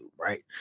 right